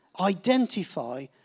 identify